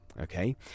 Okay